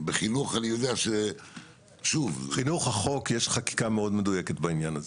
בחינוך אני יודע --- בחינוך לחוק יש חקיקה מאוד מדויקת בעניין הזה.